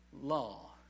law